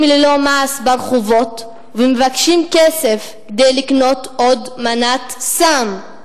ללא מעש ברחובות ומבקשים כסף כדי לקנות עוד מנת סם.